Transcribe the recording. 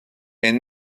est